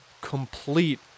complete